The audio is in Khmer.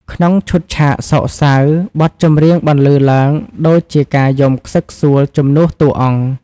ក្នុងឈុតឆាកសោកសៅ បទចម្រៀងបន្លឺឡើងដូចជាការយំខ្សឹកខ្សួលជំនួសតួអង្គ។